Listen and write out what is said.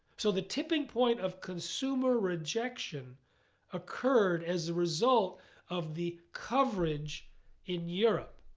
so the tipping point of consumer rejection occurred as a result of the coverage in europe.